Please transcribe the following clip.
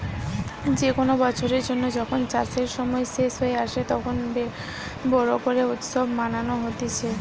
যে কোনো বছরের জন্য যখন চাষের সময় শেষ হয়ে আসে, তখন বোরো করে উৎসব মানানো হতিছে